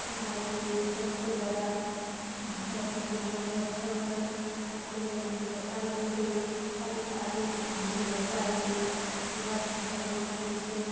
भारतमे यही सबसँ जादा भारतमे जहाँ जेबै सब जगह हर जगह हिन्दी भाषा ही यूज होइ छै हरेक आदमीके हिन्दी भाषा आबै हमरासब घरमे बोलै छी